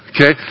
Okay